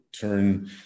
turn